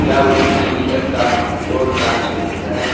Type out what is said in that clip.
کیا مجھے T V F کا پوڈکاسٹ مل سکتا ہے